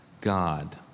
God